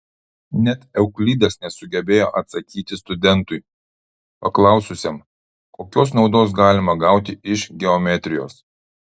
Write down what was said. net euklidas nesugebėjo atsakyti studentui paklaususiam kokios naudos galima gauti iš geometrijos